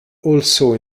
also